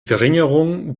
verringerung